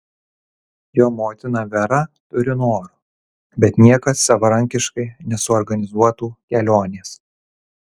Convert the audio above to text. jo motina vera turi noro bet niekad savarankiškai nesuorganizuotų kelionės